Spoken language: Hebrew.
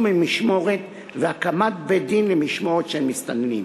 ממשמורת והקמת בית-דין למשמורת של מסתננים.